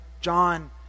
John